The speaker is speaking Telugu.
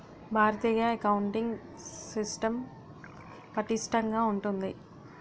భారతీయ అకౌంటింగ్ సిస్టం పటిష్టంగా ఉంటుంది